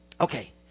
Okay